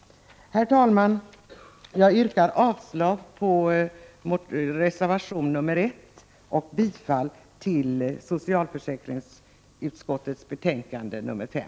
Herr talman! Jag yrkar avslag på reservationen och bifall till hemställan i socialförsäkringsutskottets betänkande nr 5.